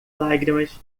lágrimas